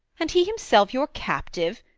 and he himself your captive,